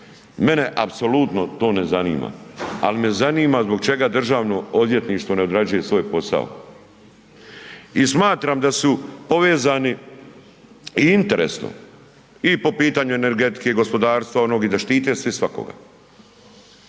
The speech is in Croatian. mene apsolutno to ne zanima, ali me zanima zbog čega državno odvjetništvo ne odrađuje svoj posao. I smatram da su povezani i interesno i po pitanju energetike i gospodarstva i da štite svi svakoga.